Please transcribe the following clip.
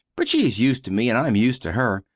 but she is used to me and i am used to her,